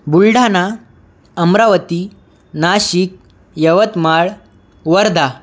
Buldhana Amravati Nashik Yavatmal Wardha